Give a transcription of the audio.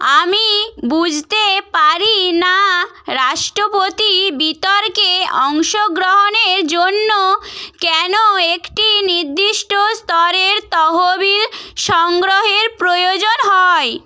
আমি বুঝতে পারি না রাষ্ট্রপতি বিতর্কে অংশগ্রহণের জন্য কেন একটি নির্দিষ্ট স্তরের তহবিল সংগ্রহের প্রয়োজন হয়